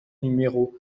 numéro